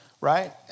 right